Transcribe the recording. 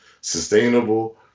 sustainable